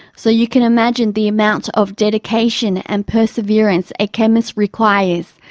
so you can imagine the amount of dedication and perseverance a chemist requires.